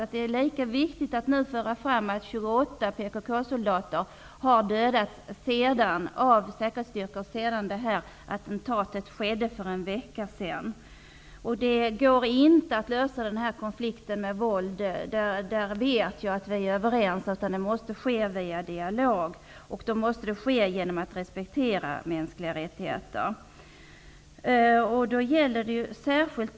Men det är lika viktigt att föra fram att 28 PKK-soldater har dödats av säkerhetsstyrkor sedan detta attentat skedde för en vecka sedan. Det går inte att lösa denna konflikt med våld. Jag vet att vi är överens om det. Den måste ske via dialog, genom att man respekterar de mänskliga rättigheterna.